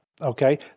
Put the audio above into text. Okay